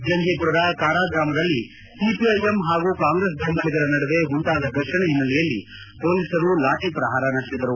ಜಂಘೀಪುರದ ಬಾರ್ಗ್ರಾಮದಲ್ಲಿ ಸಿಪಿಐಎಂ ಹಾಗೂ ಕಾಂಗ್ರೆಸ್ ಬೆಂಬಲಿಗರ ನಡುವೆ ಉಂಟಾದ ಫರ್ಷಣೆ ಹಿನ್ನೆಲೆಯಲ್ಲಿ ಮೊಲೀಸರು ಲಾಠಿ ಪ್ರಹಾರ ನಡೆಸಿದರು